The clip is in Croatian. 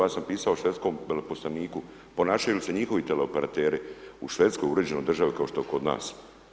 Ja sam pisao švedskom veleposlaniku ponašaju se njihovi teleoperateri u Švedskoj, uređenoj državi kao što je kod nas.